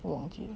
忘记